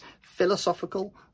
philosophical